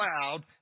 cloud